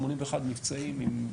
81 מבצעים,